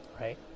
right